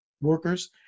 workers